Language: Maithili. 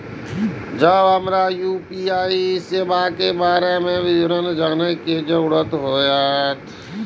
जब हमरा यू.पी.आई सेवा के बारे में विवरण जानय के जरुरत होय?